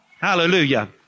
Hallelujah